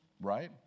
right